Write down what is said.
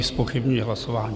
Zpochybňuji hlasování.